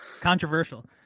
Controversial